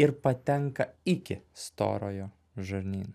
ir patenka iki storojo žarnyno